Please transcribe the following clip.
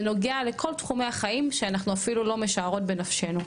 זה נוגע לכל תחומי החיים שאנחנו אפילו לא משערות בנפשנו.